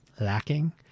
lacking